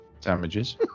damages